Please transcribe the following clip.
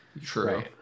true